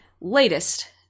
latest